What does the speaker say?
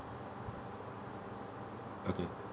okay